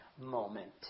moment